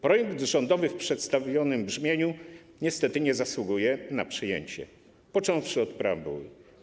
Projekt rządowy w przedstawionym brzmieniu niestety nie zasługuje na przyjęcie, począwszy od preambuły.